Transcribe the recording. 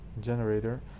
generator